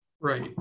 right